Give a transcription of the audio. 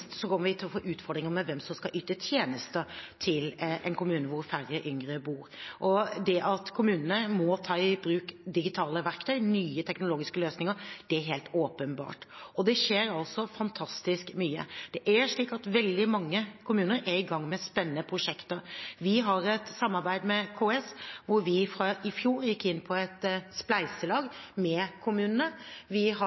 kommer vi til å få utfordringer med hvem som skal yte tjenester til en kommune hvor færre yngre bor. Det at kommunene må ta i bruk digitale verktøy, nye teknologiske løsninger, er helt åpenbart. Det skjer fantastisk mye. Veldig mange kommuner er i gang med spennende prosjekter. Vi har et samarbeid med KS, hvor vi i fjor gikk inn på et spleiselag med kommunene. Vi har